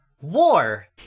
war